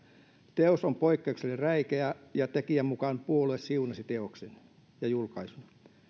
teos on poikkeuksellisen räikeä ja tekijän mukaan puolue siunasi teoksen ja julkaisun